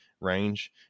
range